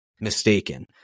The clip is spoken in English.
mistaken